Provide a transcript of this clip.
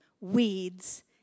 weeds